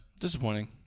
disappointing